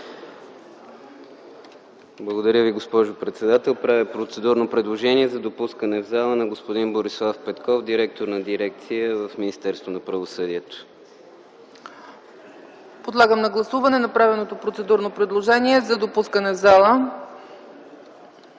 Благодаря Ви, госпожо председател. Правя процедурно предложение за допускане в зала на господин Борислав Петков – директор на дирекция в Министерството на правосъдието. ПРЕДСЕДАТЕЛ ЦЕЦКА ЦАЧЕВА: Подлагам на гласуване направеното процедурно предложение за допускане в залата.